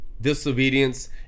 disobedience